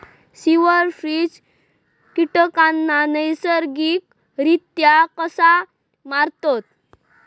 Silverfish कीटकांना नैसर्गिकरित्या कसा मारतत?